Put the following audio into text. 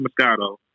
Moscato